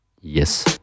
Yes